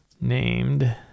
named